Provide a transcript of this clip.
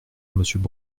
monsieur